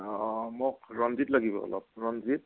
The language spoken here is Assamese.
অ' মোক ৰঞ্জিত লাগিব অলপ ৰঞ্জিত